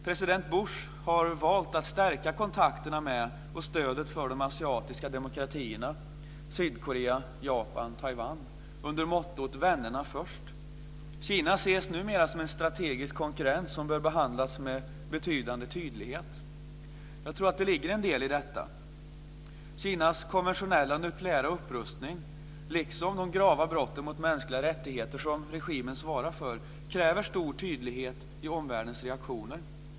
President Bush har valt att stärka kontakterna med och stödet för de asiatiska demokratierna Sydkorea, Japan och Taiwan under måttot "Vännerna först". Kina ses numera som en strategisk konkurrent som bör behandlas med betydande tydlighet. Jag tror att det ligger en del i detta. Kinas konventionella och nukleära upprustning, liksom de grava brott mot mänskliga rättigheter som regimen svarar för kräver stor tydlighet i omvärldens reaktioner.